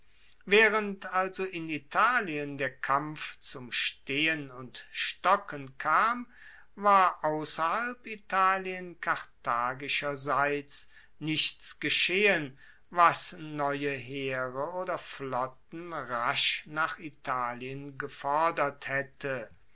waehrend also in italien der kampf zum stehen und stocken kam war ausserhalb italien karthagischerseits nichts geschehen was neue heere oder flotten rasch nach italien gefoerdert haette